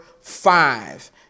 five